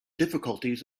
difficulties